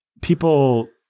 people